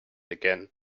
again